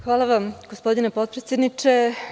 Hvala vam gospodine potpredsedniče.